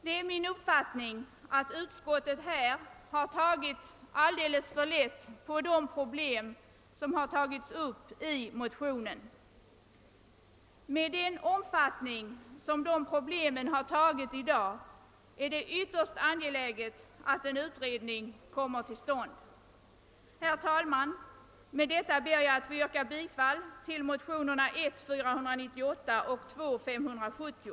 Det är min uppfattning att utskottet här har tagit alldeles för lätt på de problem som har tagits upp i motionen. Med den omfattning som de problemen har i dag är det ytterst angeläget att en utredning kommer till stånd. Herr talman! Med vad jag här har sagt ber jag att få yrka bifall till motionerna I: 498 och II: 570.